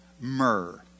myrrh